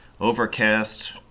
Overcast